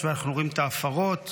חברי הכנסת,